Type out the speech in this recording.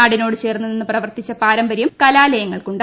നാടിനോട് ചേർന്ന് നിന്ന് പ്രവർത്തിച്ച പാരമ്പരൃം കലാലയങ്ങൾക്ക് ഉണ്ട്